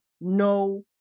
no